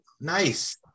Nice